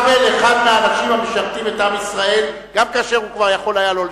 אחד מהאנשים המשרתים את עם ישראל גם כאשר הוא כבר יכול היה לא לשרת,